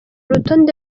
urutonde